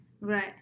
Right